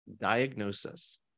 diagnosis